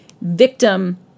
victim